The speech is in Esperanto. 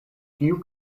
kiu